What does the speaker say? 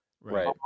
Right